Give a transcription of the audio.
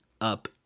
up